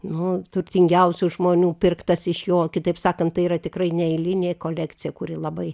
nu turtingiausių žmonių pirktas iš jo kitaip sakant tai yra tikrai neeilinė kolekcija kuri labai